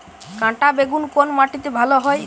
কাঁটা বেগুন কোন মাটিতে ভালো হয়?